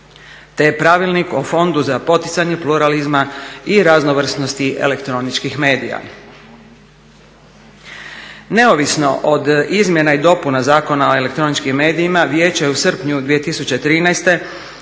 te pravilnik o fondu za poticanje pluralizma i raznovrsnosti elektroničkih medija. Neovisno od izmjena i dopuna Zakona o elektroničkim medijima, vijeće je u srpnju 2013.